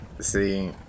See